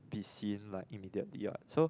be seen like immediately what so